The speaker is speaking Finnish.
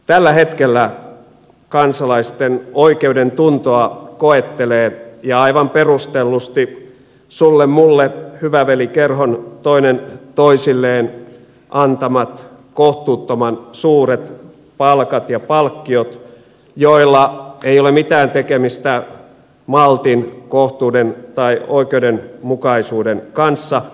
tällä hetkellä kansalaisten oikeudentuntoa koettelevat ja aivan perustellusti sullemulle hyvä veli kerhon jäsenten toinen toisilleen antamat kohtuuttoman suuret palkat ja palkkiot joilla ei ole mitään tekemistä maltin kohtuuden tai oikeudenmukaisuuden kanssa